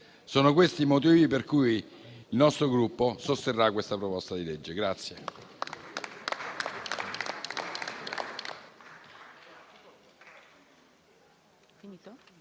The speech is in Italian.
Sono questi i motivi per cui il nostro Gruppo sosterrà questa proposta di legge.